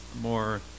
more